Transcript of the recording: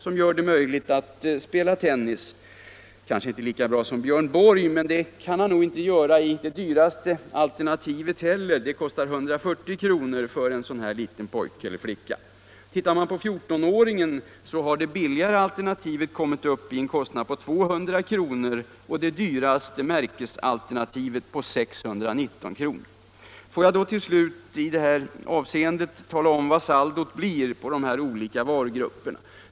som gör det möjligt att spela tennis — kanske inte lika bra som Björn Borg, men det kan han nog inte heller med en utrustning enligt det dyraste alternativet, som kostar 140 kr. för en åttaåring. För fjortonåringen kommer det billigare alternativet upp i en kostnad på 200 kr., och det dyraste märkesalternativet går på 619 kr. Får jag till slut i det här avseendet tala om vad saldot blir på de olika varugrupperna.